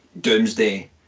Doomsday